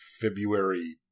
February